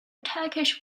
turkish